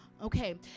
Okay